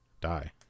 Die